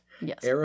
yes